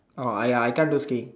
oh ya I can't to stay